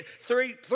three